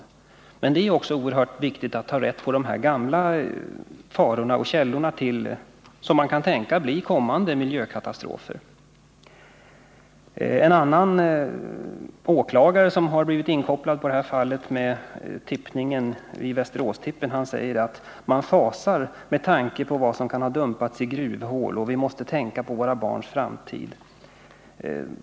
Måndagen den Men det är också oerhört viktigt att ta reda på gamla faror och källor till vad — 5 november 1979 som kan tänkas bli kommande miljökatastrofer. En åklagare som blivit inkopplad på fallet med tippningen vid Västeråstip Om sysselsättningspen säger att man fasar med tanke på vad som kan ha dumpats i gruvhål och problemen i Nyköatt vi måste tänka på våra barns framtid.